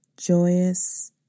joyous